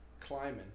climbing